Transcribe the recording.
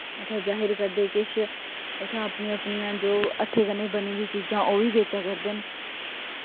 उत्थें जाहिर करदे किश उत्थें अपनियां अपनियां जे हत्थें कन्ने बनी दियां चीजां ओह्बी बेच्चा करदे न